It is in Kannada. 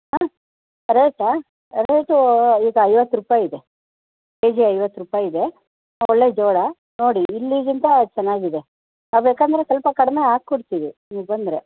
ಹಾಂ ರೇಟಾ ರೇಟೂ ಈಗ ಐವತ್ತು ರೂಪಾಯಿ ಇದೆ ಕೆಜಿ ಐವತ್ತು ರೂಪಾಯಿ ಇದೆ ಒಳ್ಳೆಯ ಜೋಳ ನೋಡಿ ಇಲ್ಲಿಗಿಂತ ಚೆನ್ನಾಗಿದೆ ನಾವು ಬೇಕೆಂದರೆ ಸ್ವಲ್ಪ ಕಡಿಮೆ ಹಾಕೊಡ್ತಿವಿ ನೀವು ಬಂದರೆ